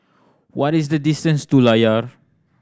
what is the distance to Layar